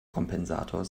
kompensator